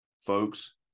Folks